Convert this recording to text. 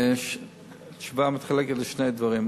התשובה נחלקת לשני דברים.